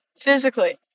physically